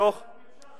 בתוך, עזמי בשארה.